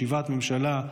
ישיבת ממשלה,